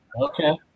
okay